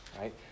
Right